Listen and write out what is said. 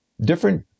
different